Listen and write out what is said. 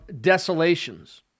desolations